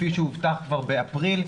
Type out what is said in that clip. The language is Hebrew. כפי שהובטח כבר באפריל,